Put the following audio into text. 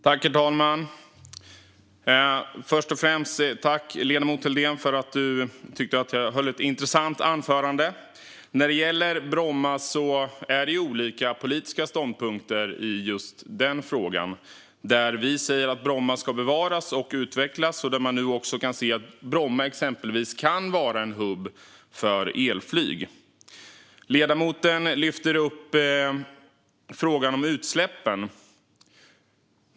Herr talman! Jag tackar ledamot Helldén för att han tyckte att jag höll ett intressant anförande. Det finns olika politiska ståndpunkter i frågan om Bromma. Vi säger att Bromma ska bevaras och utvecklas, och vi kan se att Bromma kan vara en hubb för elflyg. Ledamoten lyfter upp frågan om utsläppen.